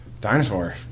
Dinosaur